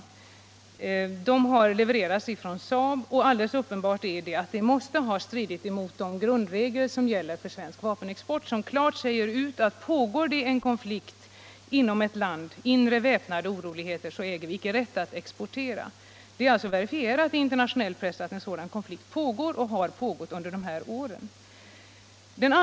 Flygplanen har levererats från SAAB, och alldeles uppenbart är att leveransen måste ha stridit mot de grundregler som gäller för svensk vapenexport och som klart säger att om det pågår en konflikt inom ett land, inre väpnade oroligheter, äger vi icke rätt att exportera. Det är verifierat i bl.a. internationell press att en sådan konflikt pågår och har pågått under åren 1973, 1974 och 1975.